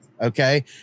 okay